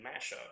mashup